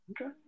Okay